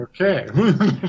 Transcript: Okay